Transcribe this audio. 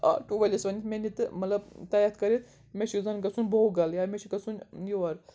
auto وٲلِس وَنہِ مےٚ نِتہِ مطلب تیٚتھ کٔرِتھ مےٚ چھُ یُس زَن گژھُن بوگَل یا مےٚ چھُ گژھُن یور